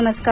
नमस्कार